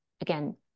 again